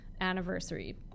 anniversary